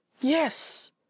Yes